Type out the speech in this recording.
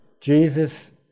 Jesus